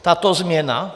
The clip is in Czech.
Tato změna?